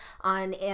on